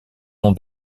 nom